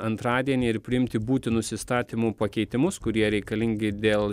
antradienį ir priimti būtinus įstatymų pakeitimus kurie reikalingi dėl